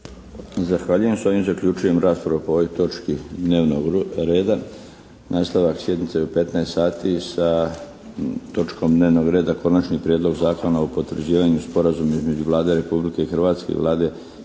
Zahvaljujem. S ovim zaključujem rasprava po ovoj točki dnevnog reda. Nastavak sjednice je u 15 sati sa točkom dnevnog reda Konačni prijedlog Zakona o potvrđivanju sporazuma između Vlade Republike Hrvatske i Vlade